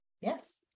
Yes